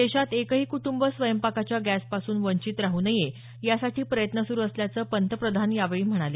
देशात एकही कुटुंब स्वयंपाकाच्या गॅसपासून वंचित राहून नये या साठी प्रयत्न सुरु असल्याचं पंतप्रधान यावेळी म्हणाले